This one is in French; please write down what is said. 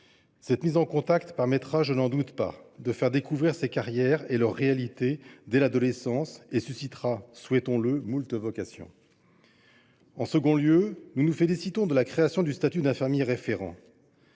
Cette mise en contact permettra, je n’en doute pas, de faire découvrir ces carrières et leurs réalités dès l’adolescence, et suscitera, souhaitons le, moult vocations. En second lieu, nous nous félicitons de la création du statut d’infirmier référent.